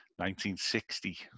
1960